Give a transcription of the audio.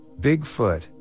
Bigfoot